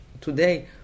today